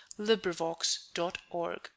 LibriVox.org